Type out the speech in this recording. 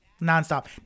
Nonstop